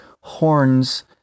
horns